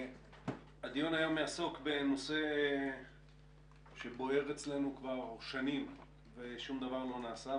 הדיון היום יעסוק בנושא שבוער אצלנו כבר שנים ושום דבר לא נעשה,